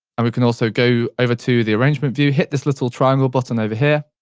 and we can also go over to the arrangement view, hit this little triangle button over here,